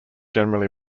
generally